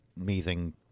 amazing